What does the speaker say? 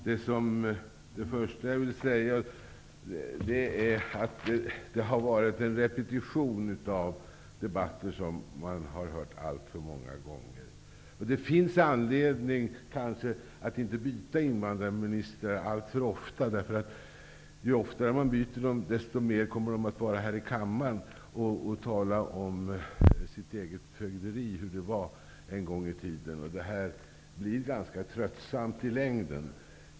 Det har varit en repetition av debatter som man har hört alltför många gånger tidigare. Det finns kanske anledning att inte byta invandrarminister alltför ofta. Ju oftare man byter invandrarminister, desto mera kommer ministern att vara här i kammaren och tala om sitt eget fögderi och om hur det var en gång i tiden. Det blir ganska tröttsamt i längden.